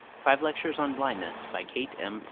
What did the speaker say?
five lectures on blindness by kate m.